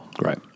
Right